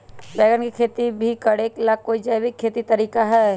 बैंगन के खेती भी करे ला का कोई जैविक तरीका है?